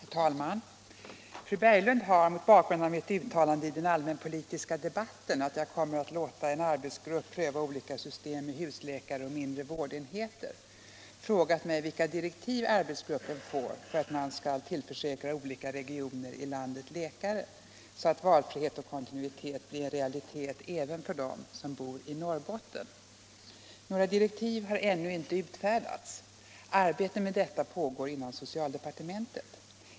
Herr talman! Fru Berglund har - mot bakgrund av mitt uttalande i den allmänpolitiska debatten, att jag kommer att låta en arbetsgrupp pröva olika system med husläkare och mindre vårdenheter — frågat mig vilka direktiv arbetsgruppen får för att man skall tillförsäkra olika regioner i landet läkare, så att valfrihet och kontinuitet blir en realitet även för dem som bor i Norrbotten. Några direktiv har ännu inte utfärdats. Arbete med detta pågår inom socialdepartementet.